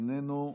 איננו.